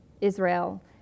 Israel